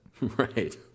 Right